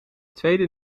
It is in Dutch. tweede